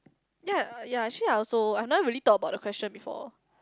ya ya actually I also I've never really thought about the question before